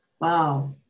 Wow